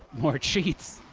more cheats.